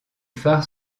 phare